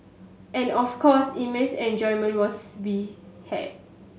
and of course immense enjoyment was be had